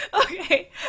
Okay